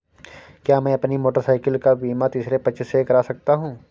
क्या मैं अपनी मोटरसाइकिल का बीमा तीसरे पक्ष से करा सकता हूँ?